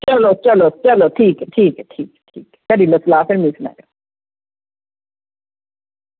चलो चलो ठीक ऐ ठीक ऐ ठीक ऐ करी लैओ सलाह् ते सनायो